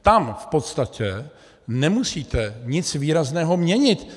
Tam v podstatě nemusíte nic výrazného měnit.